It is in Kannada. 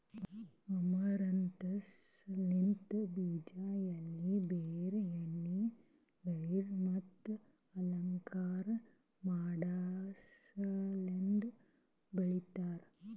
ಅಮರಂಥಸ್ ಲಿಂತ್ ಬೀಜ, ಎಲಿ, ಬೇರ್, ಎಣ್ಣಿ, ಡೈ ಮತ್ತ ಅಲಂಕಾರ ಮಾಡಸಲೆಂದ್ ಬೆಳಿತಾರ್